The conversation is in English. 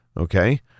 okay